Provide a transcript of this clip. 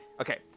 Okay